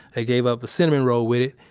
they gave up a cinnamon roll with it.